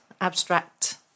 abstract